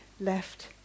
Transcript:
left